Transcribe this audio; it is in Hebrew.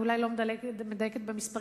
אני אולי לא מדייקת במספרים,